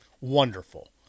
Wonderful